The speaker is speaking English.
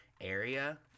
area